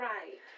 Right